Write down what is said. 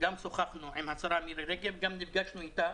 גם שוחחנו עם השרה מירי רגב וגם נפגשנו איתה,